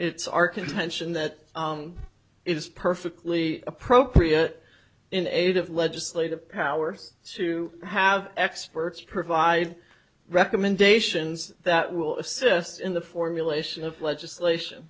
it's our contention that it is perfectly appropriate in aid of legislative powers to have experts provide recommendations that will assist in the formulation of legislation